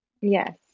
yes